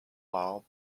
law